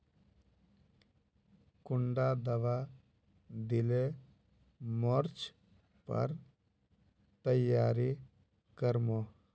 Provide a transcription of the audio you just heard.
कुंडा दाबा दिले मोर्चे पर तैयारी कर मो?